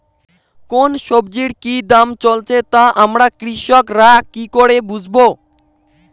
কোন সব্জির কি দাম চলছে তা আমরা কৃষক রা কি করে বুঝবো?